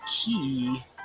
key